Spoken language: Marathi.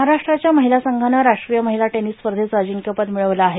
महाराष्ट्रच्या महिला संघानं राष्ट्रीय महिला देनिस स्पर्धेचं अजिंक्यपद मिळवलं आहे